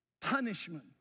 punishment